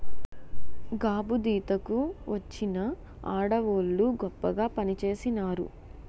గాబుదీత కి వచ్చిన ఆడవోళ్ళు గొప్పగా పనిచేసినారు